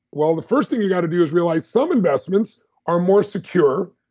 while the first thing you got to do is realize some investments are more secure,